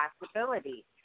possibility